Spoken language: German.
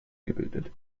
gebildet